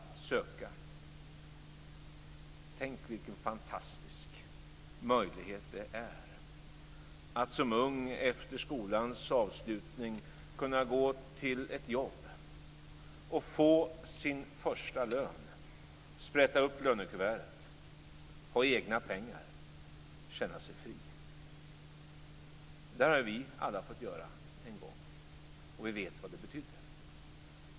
Tänk, vilken fantastisk möjlighet det är att som ung efter skolans avslutning kunna gå till ett jobb och få sin första lön, sprätta upp lönekuvertet och känna sig fri. Det har vi alla fått göra en gång, och vi vet vad det betydde.